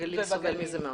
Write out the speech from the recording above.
הגליל מאוד סובל מזה.